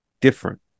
different